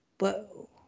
Whoa